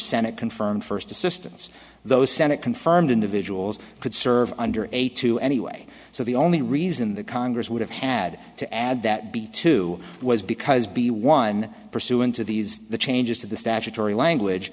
senate confirmed first assistance those senate confirmed individuals could serve under a two anyway so the only reason the congress would have had to add that b two was because b one pursuant to these the changes to the statutory language